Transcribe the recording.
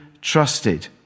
trusted